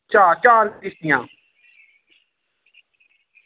चार चार किश्तियां